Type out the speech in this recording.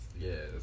Yes